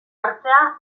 hartzea